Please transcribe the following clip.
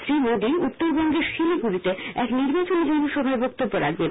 শ্রী মোদী উত্তরবঙ্গের শিলিগুডিতে এক নির্বাচনী জনসভায় বক্তব্য রাখবেন